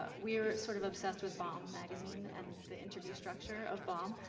ah we are sort of obsessed with baum magazine and the interview structure of baum,